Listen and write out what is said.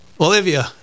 Olivia